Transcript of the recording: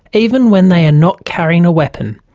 even when they are not carrying a weapon.